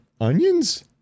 Onions